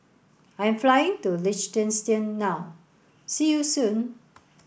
I'm flying to Liechtenstein now see you soon